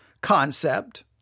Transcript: concept